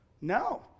No